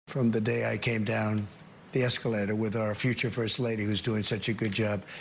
from the day i came down the escalator with our future first lady, who's doing such a good job,